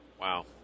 Wow